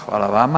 Hvala vama.